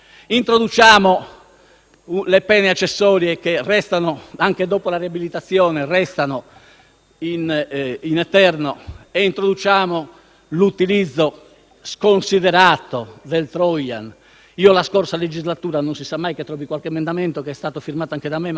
le pene accessorie, che restano in eterno, anche dopo la riabilitazione e, infine, introduciamo l'utilizzo sconsiderato del *trojan*. La scorsa legislatura - non si sa mai che si trovi qualche emendamento, che è stato firmato anche da me, ma che non è mai stato approvato